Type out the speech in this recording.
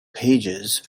pages